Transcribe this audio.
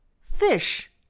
fish